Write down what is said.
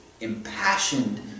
impassioned